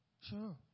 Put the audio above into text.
Sure